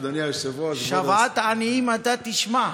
שוועת עניים אתה תשמע.